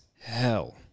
hell